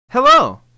Hello